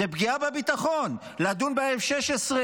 זה פגיעה בביטחון לדון ב-F-16,